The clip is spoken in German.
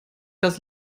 das